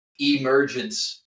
emergence